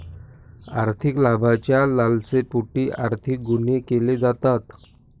आर्थिक लाभाच्या लालसेपोटी आर्थिक गुन्हे केले जातात